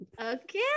okay